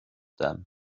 them